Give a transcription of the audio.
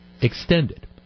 extended